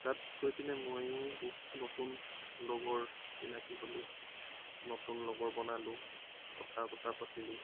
তাত গৈ পিনে মইয়ো বহুত নতুন লগৰ চিনাকি হ'লোঁ নতুন লগৰ বনালোঁ কথা বৰ্তা পাতিলোঁ